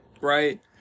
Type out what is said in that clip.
right